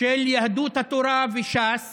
של יהדות התורה וש"ס